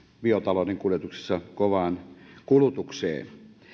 biotalouden kuljetuksissa kovaan kulutukseen